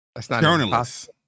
journalists